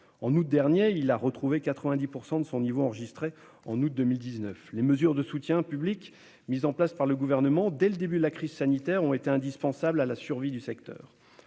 En août dernier, il a retrouvé 90 % de son niveau enregistré en août 2019. Les mesures de soutien public mises en place par le Gouvernement dès le début de la crise sanitaire ont été indispensables à la survie du secteur.